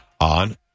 on